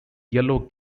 yellow